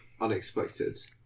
unexpected